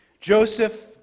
Joseph